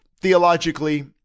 theologically